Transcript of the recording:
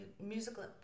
musical